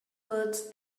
words